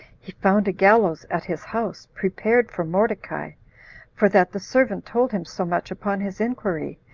he found a gallows at his house, prepared for mordecai for that the servant told him so much upon his inquiry,